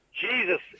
Jesus